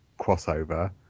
crossover